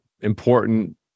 important